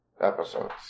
episodes